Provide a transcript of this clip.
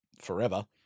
forever